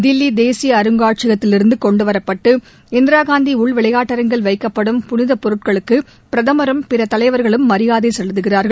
தில்லி தேசிய அருங்காட்சியகத்திலிருந்து கொண்டுவரப்பட்டு இந்திராகாந்தி உள் விளையாட்டு அரங்கில் வைக்கப்படும் புனித பொருட்களுக்கு பிரதமரும் பிற தலைவர்களும் மரியாதை செலுத்துகிறார்கள்